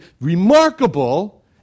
remarkable